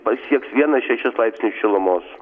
pasieks vieną šešis laipsnius šilumos